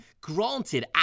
granted